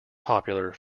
popular